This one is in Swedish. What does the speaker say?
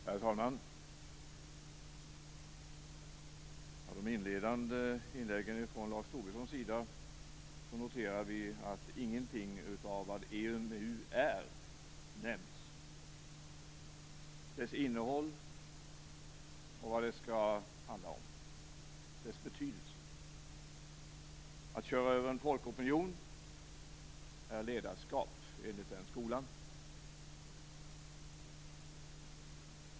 Herr talman! När det gäller de inledande inläggen från Lars Tobisson noterar vi att ingenting av vad EMU är nämndes, ingenting om dess innehåll, dess betydelse och om vad EMU skall handla om. Att köra över en folkopinion är ledarskap enligt den skolan.